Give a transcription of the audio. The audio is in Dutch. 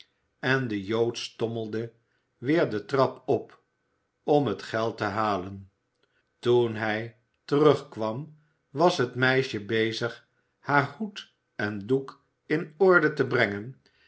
en de jood stommelde weer de trap op om het geld te halen toen hij terugkwam was het meisje bezig haar hoed en doek in orde te brengen